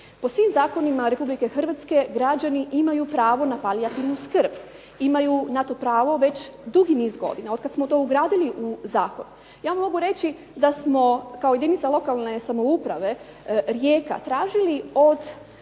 Po svim zakonima Republike Hrvatske građani imaju pravo na palijativnu skrb. Imaju na to pravo već dugi niz godina od kad smo to ugradili u zakon. Ja mogu reći da smo kao jedinica lokalne samouprave Rijeka tražili od